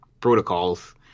protocols